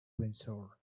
windsor